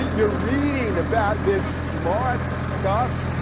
you're reading about this smart stuff,